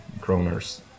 kroners